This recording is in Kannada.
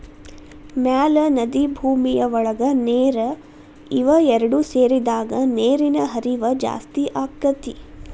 ಮ್ಯಾಲ ನದಿ ಭೂಮಿಯ ಒಳಗ ನೇರ ಇವ ಎರಡು ಸೇರಿದಾಗ ನೇರಿನ ಹರಿವ ಜಾಸ್ತಿ ಅಕ್ಕತಿ